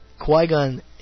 Qui-Gon